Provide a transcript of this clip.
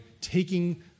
taking